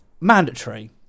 mandatory